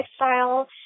lifestyle